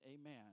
amen